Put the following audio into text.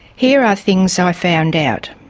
here are things so i found out.